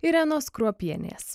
irenos kruopienės